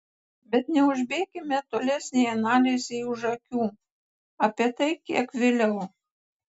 bet neužbėkime tolesnei analizei už akių apie tai kiek vėliau